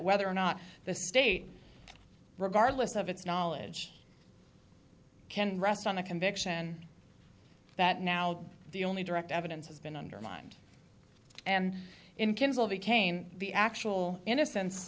whether or not the state regardless of its knowledge can rest on the conviction that now the only direct evidence has been undermined and in kinsell became the actual innocence